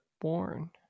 born